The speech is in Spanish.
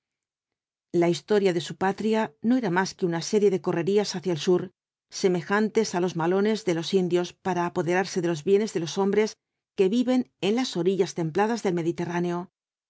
la historia de su patria no era más que una serie de correrías hacia el sur semejantes á los malones de los indios para apoderarse de los bienes de los hombres que viven en las orillas templadas del mediterráneo